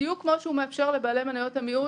בדיוק כמו שהוא מאפשר לבעלי מניות המיעוט.